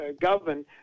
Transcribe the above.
govern